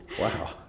Wow